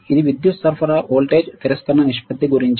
ఇది విద్యుత్ సరఫరా వోల్టేజ్ తిరస్కరణ నిష్పత్తి గురించి